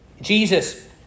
Jesus